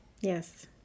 Yes